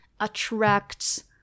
attracts